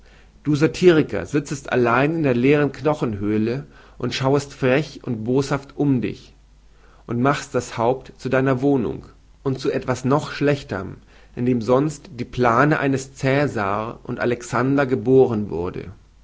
du satiriker sizest allein in der leeren knochenhöle und schauest frech und boshaft um dich und machst das haupt zu deiner wohnung und zu etwas noch schlechterm in dem sonst die plane eines cäsar und alexander geboren wurden